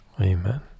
Amen